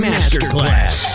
Masterclass